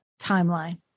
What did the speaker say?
timeline